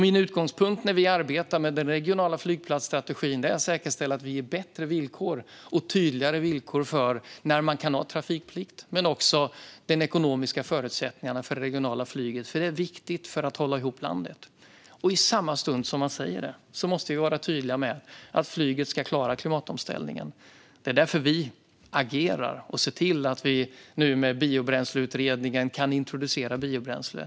Min utgångspunkt när vi arbetar med den regionala flygplatsstrategin är alltså att säkerställa att vi ger bättre och tydligare villkor för när man kan ha trafikplikt, men också när det gäller de ekonomiska förutsättningarna för det regionala flyget. Detta är nämligen viktigt för att hålla ihop landet. I samma stund som vi säger detta måste vi vara tydliga med att flyget ska klara klimatomställningen. Det är därför vi agerar och ser till att vi nu med Biobränsleutredningen kan introducera biobränsle.